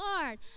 Lord